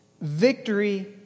Victory